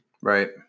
Right